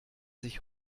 sich